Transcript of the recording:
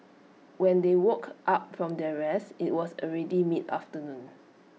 when they woke up from their rest IT was already mid afternoon